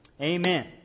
Amen